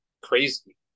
crazy